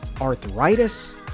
arthritis